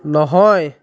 নহয়